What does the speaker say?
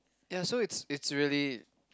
ya it's it's really